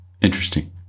interesting